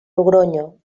logronyo